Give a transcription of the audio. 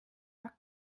war